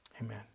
Amen